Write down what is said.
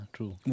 True